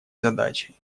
задачей